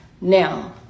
now